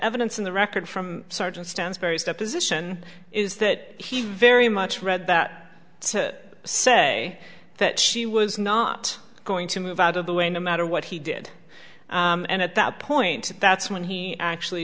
evidence in the record from sergeant stan's various deposition is that he very much read that to say that she was not going to move out of the way no matter what he did and at that point that's when he actually